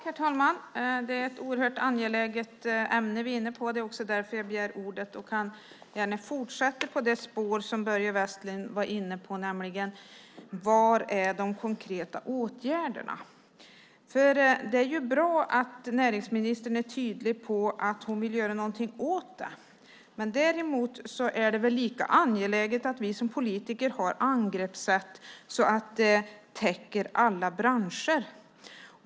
Herr talman! Det är ett oerhört angeläget ämne vi är inne på, och det är därför jag har begärt ordet. Jag kan gärna fortsätta där på det spår Börje Vestlund var inne på. Var är de konkreta åtgärderna? Det är bra att näringsministern är tydlig med att hon vill göra någonting åt detta. Däremot är det lika angeläget att vi politiker har angreppssätt som täcker alla branscher.